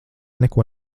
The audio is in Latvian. neko